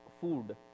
food